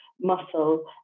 muscle